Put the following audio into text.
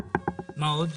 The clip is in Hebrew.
מה עוד?